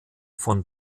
von